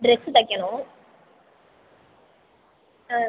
dress தைக்கணும் ஆ